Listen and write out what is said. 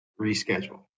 reschedule